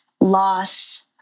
loss